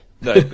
no